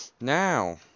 now